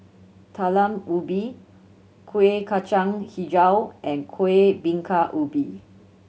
Talam Ubi Kuih Kacang Hijau and Kuih Bingka Ubi